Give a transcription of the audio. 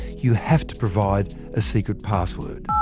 you have to provide a secret password.